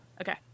Okay